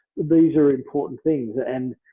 these are important things. and